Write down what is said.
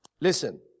listen